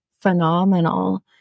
phenomenal